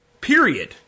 Period